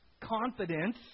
confidence